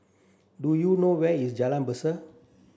do you know where is Jalan Besar